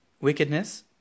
wickedness